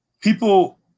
people